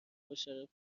باشرف